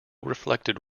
reflected